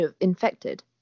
infected